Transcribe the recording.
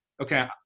okay